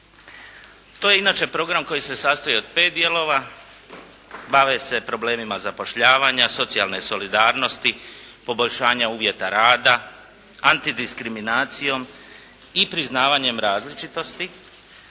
To je inače program koji se sastoji od pet dijelova. Bave se problemima zapošljavanja, socijalne solidarnosti, poboljšanja uvjeta rada, antidiskriminacijom i priznavanjem različitosti,